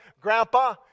Grandpa